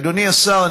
אדוני השר,